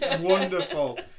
wonderful